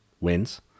wins